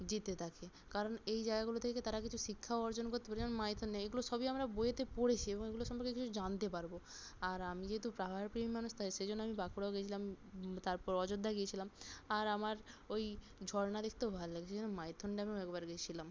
যেতে তাকে কারণ এই জায়গাগুলো থেকে তারা কিছু শিক্ষা অর্জন করতে পারে যেমন মাইথনে এগুলো সবই আমরা বইয়েতে পড়েছি এবং এগুলো সম্পর্কে কিছু জানতে পারবো আর আমি যেহেতু পাহাড় প্রিয় মানুষ তাই সেই জন্য আমি বাঁকুড়াও গেছিলাম তারপর অযোধ্যা গিয়েছিলাম আর আমার ওই ঝর্ণা দেখতেও ভালো লাগে সেই জন্য মাইথন ড্যামও একবার গেছিলাম